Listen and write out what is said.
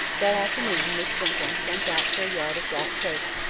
that afternoon miss jenkyns sent out for a yard of black crape,